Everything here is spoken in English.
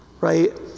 right